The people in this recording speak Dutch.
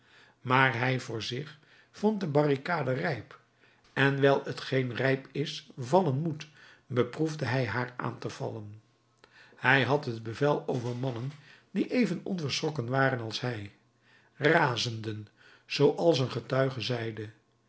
maar hij voor zich vond de barricade rijp en wijl t geen rijp is vallen moet beproefde hij haar aan te vallen hij had het bevel over mannen die even onverschrokken waren als hij razenden zooals een getuige zeide